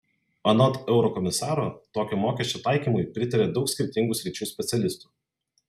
anot eurokomisaro tokio mokesčio taikymui pritaria daug skirtingų sričių specialistų